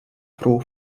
pro